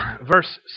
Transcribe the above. verse